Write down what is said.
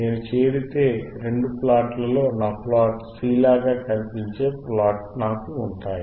నేనుచేరితే రెండు ప్లాట్లలో నా ప్లాట్ C లాగా కనిపించే ప్లాట్లు నాకు ఉంటాయి